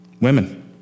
Women